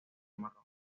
marrón